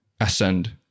ascend